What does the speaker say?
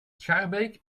schaarbeek